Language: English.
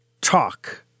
talk